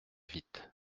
vite